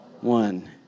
one